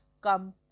come